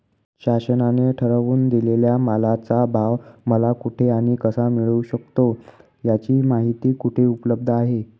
शासनाने ठरवून दिलेल्या मालाचा भाव मला कुठे आणि कसा मिळू शकतो? याची माहिती कुठे उपलब्ध आहे?